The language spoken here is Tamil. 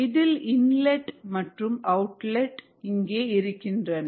இதில் இன்லெட் மற்றும் அவுட்லெட் இங்கே இருக்கின்றன